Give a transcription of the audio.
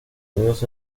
unidos